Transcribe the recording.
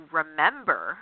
remember